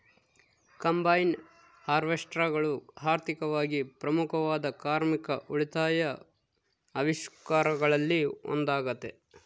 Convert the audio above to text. combine ಹಾರ್ವೆಸ್ಟರ್ಗಳು ಆರ್ಥಿಕವಾಗಿ ಪ್ರಮುಖವಾದ ಕಾರ್ಮಿಕ ಉಳಿತಾಯ ಆವಿಷ್ಕಾರಗಳಲ್ಲಿ ಒಂದಾಗತೆ